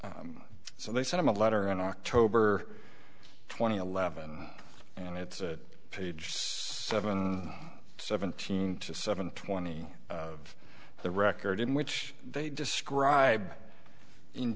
so they sent him a letter on october twentieth eleven and it's a page seven seventeen to seven twenty of the record in which they describe in